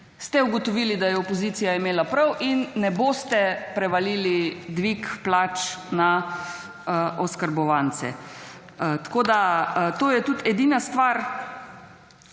ste ugotovili, da je opozicija imela prav in ne boste prevalili dvig plač na oskrbovance. Tako da, to je tudi edina stvar,